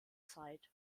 zeit